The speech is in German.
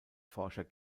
forscher